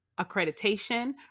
accreditation